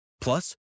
Plus